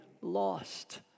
lost